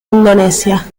indonesia